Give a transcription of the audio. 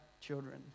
children